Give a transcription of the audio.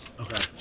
Okay